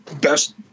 best